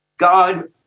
God